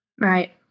Right